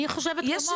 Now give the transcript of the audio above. אני חושבת כמוך,